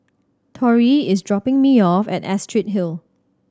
Tori is dropping me off at Astrid Hill